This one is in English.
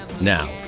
Now